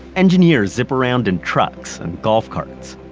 engineers zip around in trucks and golf carts.